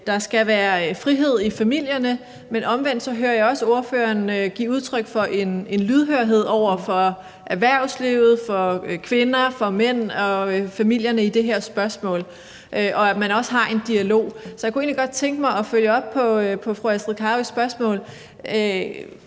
der skal være frihed i familierne, men omvendt hører jeg også ordføreren give udtryk for en lydhørhed over for erhvervslivet, kvinder, mænd og familierne i det her spørgsmål, og at man også har en dialog omkring det. Jeg kunne godt tænke mig at følge op på fru Astrid Carøes spørgsmål: